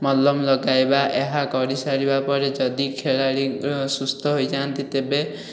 ମଲମ ଲଗାଇବା ଏହା କରିସାରିବା ପରେ ଯଦି ଖେଳାଳି ସୁସ୍ଥ ହୋଇଯାଆନ୍ତି ତେବେ